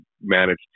managed